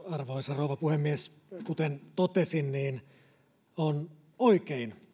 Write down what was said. arvoisa rouva puhemies kuten totesin niin on oikein